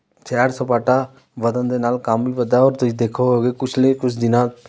ਸੈਰ ਸਪਾਟਾ ਵਧਣ ਦੇ ਨਾਲ ਕੰਮ ਵੀ ਵੱਧਦਾ ਔਰ ਤੁਸੀਂ ਦੇਖੋ ਹੋਗੇ ਪਿਛਲੇ ਕੁਛ ਦਿਨਾਂ